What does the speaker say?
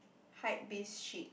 hypebeast shit